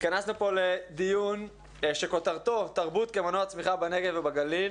התכנסנו פה לדיון שכותרתו תרבות כמנוע צמיחה בנגב ובגליל.